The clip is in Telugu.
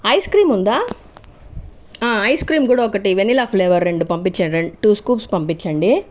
ఐస్ క్రీమ్ ఉందా ఐస్ క్రీమ్ కూడా ఒకటి వెనీలా ఫ్లేవర్ రెండు పంపించండి రెం టూ స్కూప్స్ పంపించండి